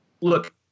look